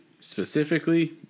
specifically